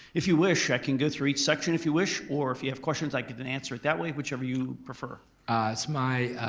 if you wish, i can go through each section if you wish or if you have questions, i can can answer it that way whichever you prefer. it's my